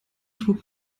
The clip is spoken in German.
trug